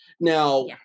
Now